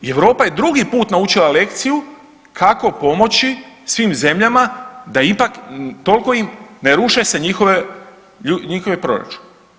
I Europa je drugi put naučila lekciju kako pomoći svim zemljama da ipak toliko im ne ruše se njihovi proračuni.